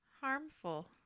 harmful